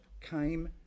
came